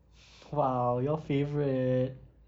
!wow! your favourite